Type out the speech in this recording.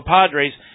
Padres